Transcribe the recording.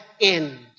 end